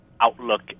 outlook